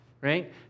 right